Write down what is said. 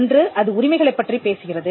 ஒன்று அது உரிமைகளைப் பற்றிப் பேசுகிறது